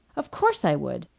of course i would!